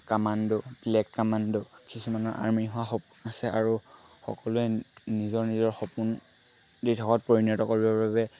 command black command কিছুমানৰ army হোৱা সপোন আছে আৰু সকলোৱে নিজৰ নিজৰ সপোন দিঠকত পৰিণত কৰিবৰ বাবে